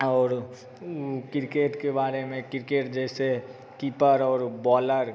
और किरकेट के बार में किरकेट जैसे कीपर और बॉलर